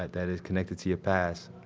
that it's connected to your past,